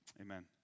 Amen